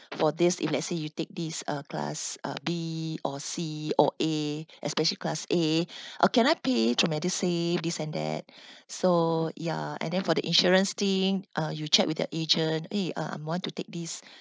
for this if let's say you take these uh class uh B or C or A especially class a uh can I pay through medisave this and that so ya and then for the insurance thing uh you check with your agent eh uh I want to take this